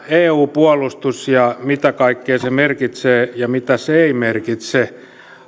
eu puolustuksesta ja siitä mitä kaikkea se merkitsee ja mitä se ei merkitse